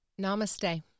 Namaste